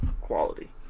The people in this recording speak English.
quality